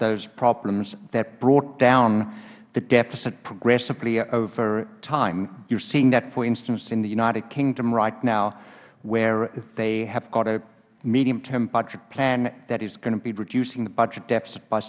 those problems that brought down the deficit progressively over time you are seeing that for instance in the united kingdom right now where they have a medium term budget plan that is going to be reducing the